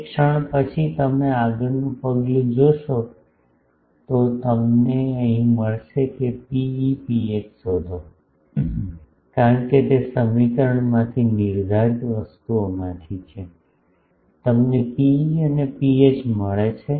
તે ક્ષણ પછી તમે આગળનું પગલું જોશો તે તમને અહીં મળશે ρe ρh શોધો કારણ કે તે આ સમીકરણોમાંથી નિર્ધારિત વસ્તુઓમાંથી છે તમને ρe અને ρh મળે છે